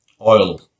Oil